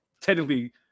technically